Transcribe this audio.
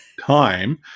time